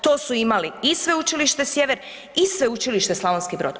To su imali i Sveučilište Sjever i Sveučilište Slavonski Brod.